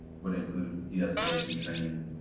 but including deescalation training.